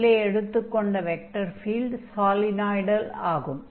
மேலே எடுத்துக் கொண்ட வெக்டர் ஃபீல்ட் சாலினாய்டல் ஆகும்